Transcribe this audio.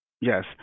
Yes